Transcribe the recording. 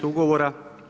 Ugovora.